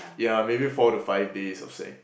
yeah maybe four to five days I'll say